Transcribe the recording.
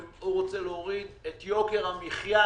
והוא רוצה להוריד את יוקר המחיה,